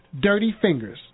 dirtyfingers